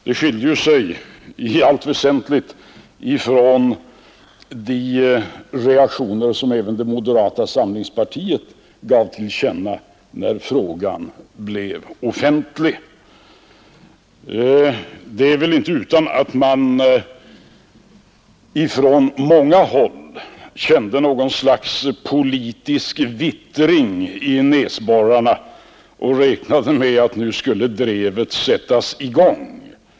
Det skilde sig i allt väsentligt från de reaktioner som även moderata samlingspartiet gav till känna när frågan blev offentlig. Det var väl så att man på många håll kände ett slags politisk vittring i näsborrarna och räknade med att drevet skulle sättas i gång.